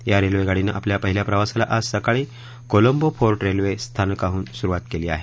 या रेल्वेगाडीनं आपल्या पहिल्या प्रवासाला आज सकाळी कोलंबो फोर्ट रेल्वे स्थानकाहून सुरुवात केली आहे